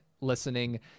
listening